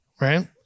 Right